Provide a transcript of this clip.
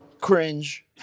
Cringe